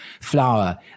flower